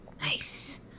Nice